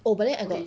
oh but then I got